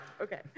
Okay